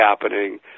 happening